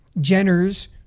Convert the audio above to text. Jenner's